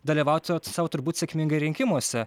dalyvautumėt sau turbūt sėkmingai rinkimuose